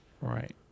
Right